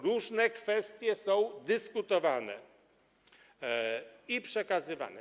Różne kwestie są dyskutowane i przekazywane.